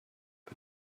but